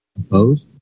Opposed